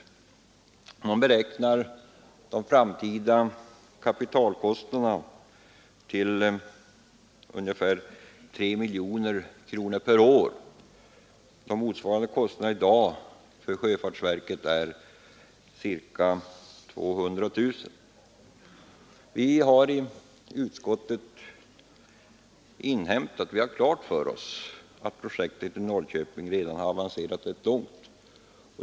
Man beräknar de framtida kapital kostnaderna till ungefär 3 miljoner kronor per år. Motsvarande kostnader för sjöfartsverket är i dag ca 200 000 kronor. Vi har i utskottet klart för oss att projektet i Norrköping redan har avancerat rätt långt.